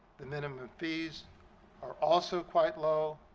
the minimum fees are also quite low.